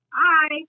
Hi